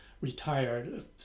retired